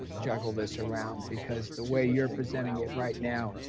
juggle this around, because the way you're presenting it right now,